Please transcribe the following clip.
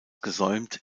gesäumt